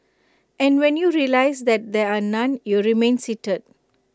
and when you realise that there are none you remain seated